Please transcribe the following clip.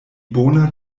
bona